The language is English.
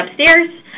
upstairs